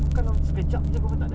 boleh apa